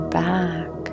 back